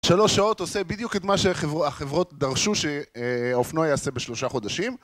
שלוש שעות עושה בדיוק את מה שהחברות דרשו שהאופנוע יעשה בשלושה חודשים...